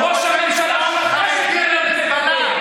שבשנת 2011 ראש הממשלה שלכם שחרר מחבלים,